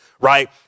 right